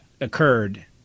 occurred